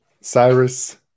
Cyrus